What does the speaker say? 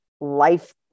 life